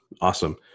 Awesome